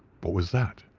what was that?